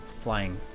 flying